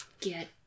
get